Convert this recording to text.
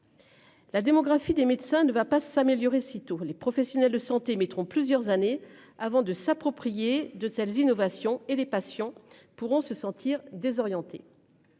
La démographie des médecins ne va pas s'améliorer. Sitôt les professionnels de santé mettront plusieurs années avant de s'approprier de telles innovations et les patients pourront se sentir désorienté.